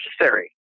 necessary